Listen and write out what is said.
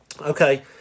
Okay